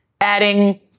Adding